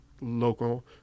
local